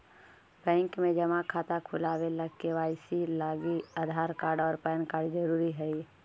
bank में जमा खाता खुलावे ला के.वाइ.सी लागी आधार कार्ड और पैन कार्ड ज़रूरी हई